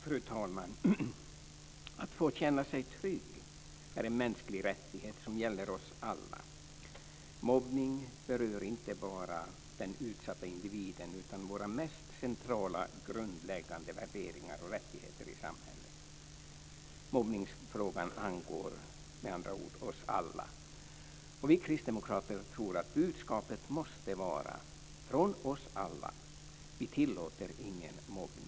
Fru talman! Att få känna sig trygg är en mänsklig rättighet som gäller oss alla. Mobbning berör inte bara den utsatta individen utan också våra mest centrala värderingar och rättigheter i samhället. Mobbningsfrågan angår, med andra ord, oss alla. Vi kristdemokrater tror att budskapet från oss alla måste vara att vi inte tillåter någon mobbning.